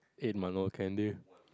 eight month old candy